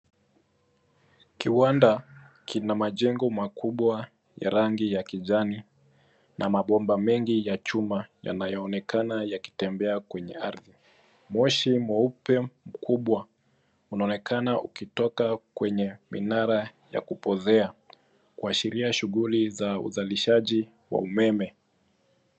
Kiwanda kina majengo makubwa ya rangi ya kijani na mabomba mengi ya chuma yanayoonekana yakitembea kwenye ardhi. Moshi mweupe mkubwa unaonekana ukitoka kwenye minara ya kupoozea, kuashiria shughuli za uzalishaji wa umeme.